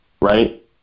right